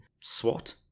SWAT